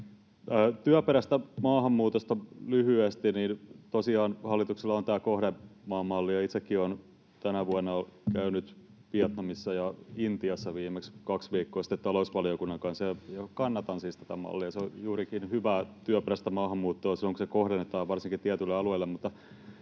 Työperäisestä maahanmuutosta lyhyesti: Tosiaan hallituksella on tämä kohdemaan malli, ja itsekin olen tänä vuonna käynyt Vietnamissa ja Intiassa viimeksi kaksi viikkoa sitten talousvaliokunnan kanssa. Kannatan siis tätä mallia. Se on juurikin hyvää työperäistä maahanmuuttoa silloin, kun se kohdennetaan varsinkin tietylle alueelle.